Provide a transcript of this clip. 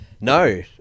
No